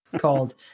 called